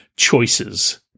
Choices